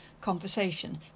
conversation